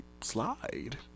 slide